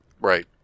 Right